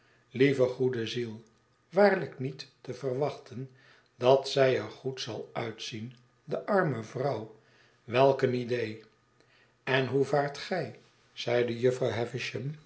lieve goede ziel waarlijk niet te verwachten dat zij er goed zal uitzien de arme vrouw welk een idee en hoe vaart gij zeide jufvrouw